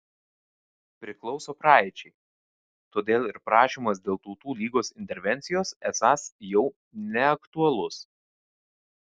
priklauso praeičiai todėl ir prašymas dėl tautų lygos intervencijos esąs jau neaktualus